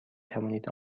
توانید